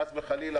חס וחלילה,